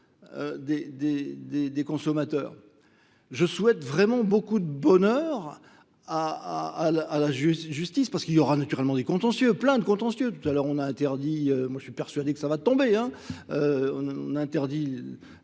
des consommateurs. Je souhaite vraiment beaucoup de bonheur à la justice, parce qu'il y aura naturellement des contentieux, plein de contentieux. Tout à l'heure on a interdit, moi je suis persuadé que ça va tomber, on a interdit